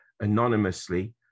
anonymously